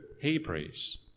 Hebrews